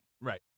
Right